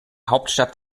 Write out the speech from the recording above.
hauptstadt